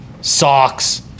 socks